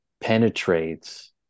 penetrates